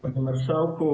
Panie Marszałku!